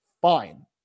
fine